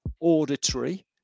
auditory